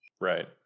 Right